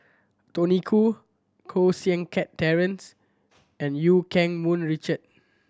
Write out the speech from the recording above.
Tony Khoo Koh Seng Kiat Terence and Eu Keng Mun Richard